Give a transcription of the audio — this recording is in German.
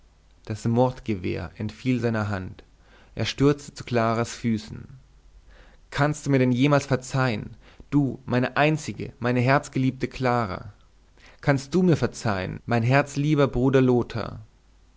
das mordgewehr entfiel seiner hand er stürzte zu claras füßen kannst du mir denn jemals verzeihen du meine einzige meine herzgeliebte clara kannst du mir verzeihen mein herzlieber bruder lothar